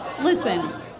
Listen